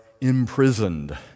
imprisoned